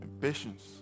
Patience